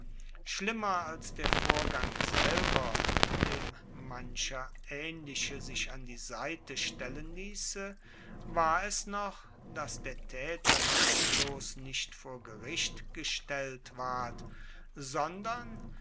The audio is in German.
schlimmer als der vorgang selber dem mancher aehnliche sich an die seite stellen liesse war es noch dass der taeter nicht bloss nicht vor gericht gestellt ward sondern